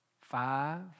five